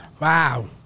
Wow